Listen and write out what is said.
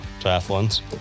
Triathlons